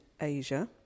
Asia